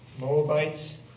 Moabites